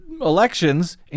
elections